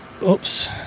Oops